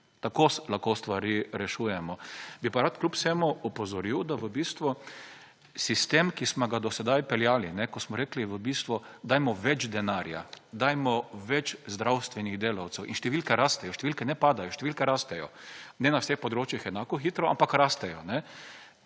Tako lahko stvari rešujemo. Bi pa rad kljub vsemu opozoril, da v bistvu sistem, ki smo ga do sedaj peljali, ko smo rekli v bistvu, dajmo več denarja, dajmo več zdravstvenih delavcev. In številke rastejo, številke ne padajo. Številke rastejo. Ne na vseh področjih enako hitro, ampak rastejo.